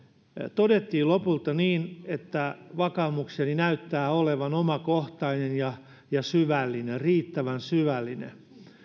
todettiin lopulta niin että vakaumukseni näyttää olevan omakohtainen ja ja riittävän syvällinen